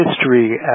history